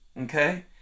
Okay